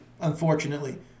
unfortunately